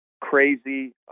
crazy